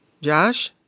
Josh